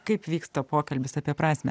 kaip vyksta pokalbis apie prasmę